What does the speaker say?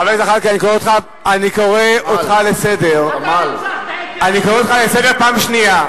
חבר הכנסת זחאלקה, אני קורא אותך לסדר פעם שנייה.